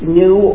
new